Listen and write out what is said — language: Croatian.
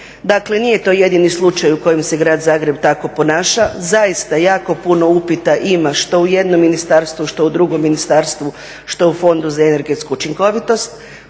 Dakle nije to jedini slučaj u kojem se grad Zagreb tako ponaša. Zaista jako puno upita ima što u jednom ministarstvu što u drugom ministarstvu, što u Fondu za energetsku učinkovitost,